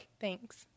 Thanks